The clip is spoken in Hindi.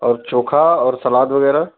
और चोखा और सलाद वगैरह